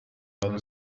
del